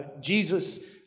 Jesus